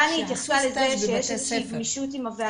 דני התייחסה לזה שיש גמישות עם הוועדות,